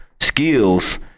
skills